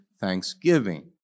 Thanksgiving